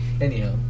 anyhow